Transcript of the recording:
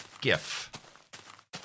gif